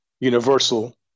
universal